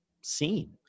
seen